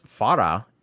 Farah